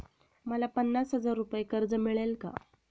मला पन्नास हजार रुपये कर्ज मिळेल का?